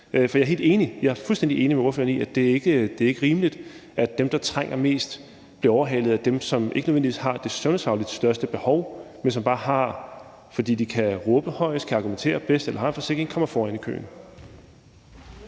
aspekter. For jeg er fuldstændig enig med ordføreren i, at det ikke er rimeligt, at dem, der trænger mest, bliver overhalet af dem, som ikke nødvendigvis har det sundhedsfagligt set største behov, men som, bare fordi de kan råbe højest, kan argumentere bedst eller har en forsikring, kommer foran i køen.